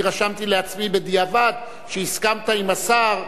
אני רשמתי לעצמי בדיעבד שהסכמת עם השר,